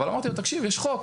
אבל אני אומר לו תקשיב יש חוק,